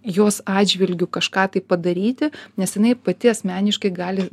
jos atžvilgiu kažką tai padaryti nes jinai pati asmeniškai gali